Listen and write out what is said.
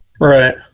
right